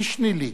איש ניל"י,